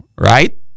right